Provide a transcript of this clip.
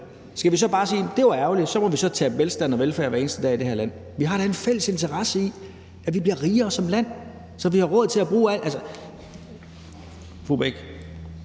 skal vi så bare sige, at det jo er ærgerligt, og så må vi tabe velstand og velfærd hver eneste dag i det her land. Vi har da en fælles interesse i, at vi bliver rigere som land. Fru Lisbeth Bech-Nielsen vil bruge flere